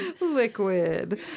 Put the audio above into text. Liquid